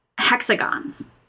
hexagons